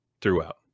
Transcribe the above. throughout